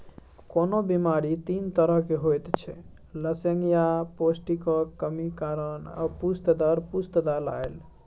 कोनो बेमारी तीन तरहक होइत छै लसेंगियाह, पौष्टिकक कमी कारणेँ आ पुस्त दर पुस्त आएल